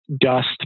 dust